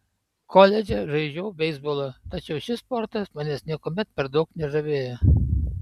koledže žaidžiau beisbolą tačiau šis sportas manęs niekuomet per daug nežavėjo